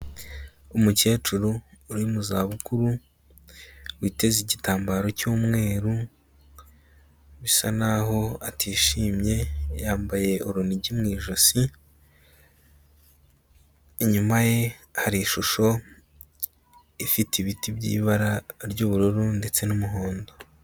Umukecuru uri mu zabukuru witeze igitambaro cy'umweru bisa naho atishimye, yambaye urunigi mu ijosi, inyuma ye hari ishusho ifite ibiti by'ibara ry'ubururu ndetse n'umuhondo.